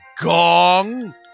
gong